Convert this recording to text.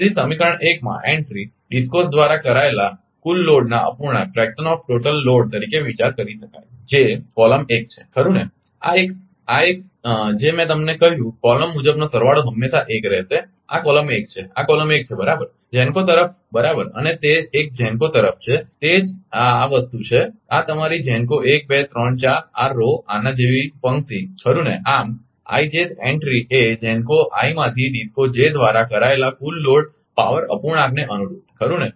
તેથી સમીકરણ 1 માં એન્ટ્રી DISCO દ્વારા કરાયેલા કુલ લોડના અપૂર્ણાંક તરીકે વિચારી શકાય છે જે કોલમ 1 છે ખરુ ને આ એક આ એક જે મેં તમને કહ્યું કોલમ મુજબનો સરવાળો હંમેશાં એક રહેશે આ કોલમ 1 છે આ કોલમ 1 છે બરાબર GENCO તરફ બરાબર અને તે એક GENCO તરફ છે તે આ જ વસ્તુ છે આ તમારી GENCO 1 2 3 4 આ પંક્તિ આના જેવી પંક્તિ ખરુ ને આમ i j th એન્ટ્રી એ GENCO i માંથી DISCO j દ્વારા કરાયેલ કુલ લોડ પાવર અપૂર્ણાંકને અનુરૂપ છે ખરુ ને